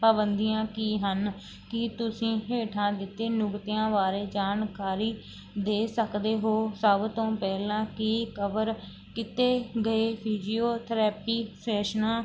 ਪਾਬੰਦੀਆਂ ਕੀ ਹਨ ਕੀ ਤੁਸੀਂ ਹੇਠਾਂ ਦਿੱਤੇ ਨੁਕਤਿਆਂ ਬਾਰੇ ਜਾਣਕਾਰੀ ਦੇ ਸਕਦੇ ਹੋ ਸਭ ਤੋਂ ਪਹਿਲਾਂ ਕੀ ਕਵਰ ਕਿਤੇ ਗਏ ਫਿਜੀਓਥਰੈਪੀ ਸੈਸ਼ਨਾ